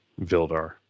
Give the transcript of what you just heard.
Vildar